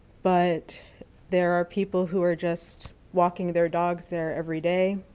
but there are people who are just walking their dogs there every day,